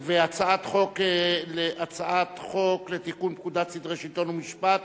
הצעת חוק לתיקון פקודת סדרי השלטון והמשפט